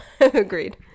Agreed